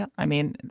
i mean